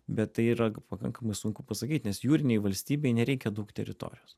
bet tai yra pakankamai sunku pasakyt nes jūrinei valstybei nereikia daug teritorijos